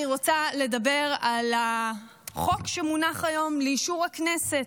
אני רוצה לדבר על החוק שמונח היום לאישור הכנסת,